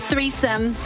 Threesome